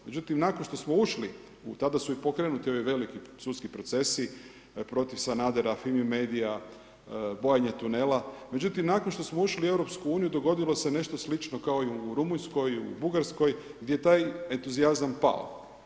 Međutim, nakon što smo ušli i tada su i pokretni ovi veliki sudski procesi, protiv Sanadera, FIMI Medija, bojanje tunela, međutim, nakon što smo ušli u EU, dogodilo se je nešto slično kao u Rumunjskoj, u Bugarskoj, gdje je taj entuzijazam pao.